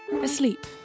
asleep